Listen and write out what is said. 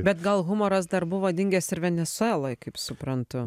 bet gal humoras dar buvo dingęs ir venesueloj kaip suprantu